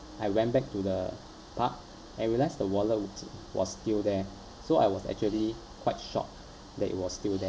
I went back to the park and realised the wallet w~ was still there so I was actually quite shocked that it was still there